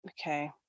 Okay